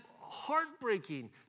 heartbreaking